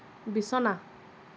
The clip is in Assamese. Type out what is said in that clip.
বিছনা